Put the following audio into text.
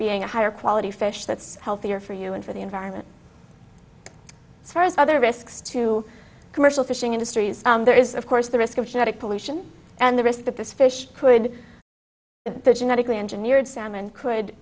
being a higher quality fish that's healthier for you and for the environment as far as other risks to commercial fishing industry is there is of course the risk of genetic pollution and the risk that this fish could the genetically engineered salmon could